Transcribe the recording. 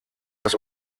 das